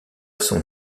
son